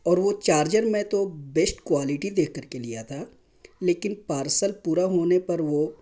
اور وہ چارجر میں تو بیسٹ کوالٹی دیکھ کر کے لیا تھا لیکن پارسل پورا ہونے پر وہ